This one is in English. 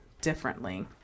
differently